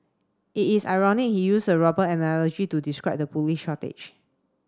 it is ironic he used a robber analogy to describe the police shortage